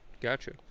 Gotcha